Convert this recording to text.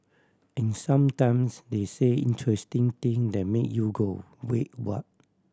and sometimes they say interesting thing that make you go wait what